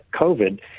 COVID